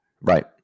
Right